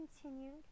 Continued